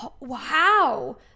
wow